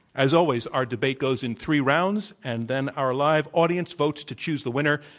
as always, our debate goes in three rounds, and then our live audience votes to choose the winner.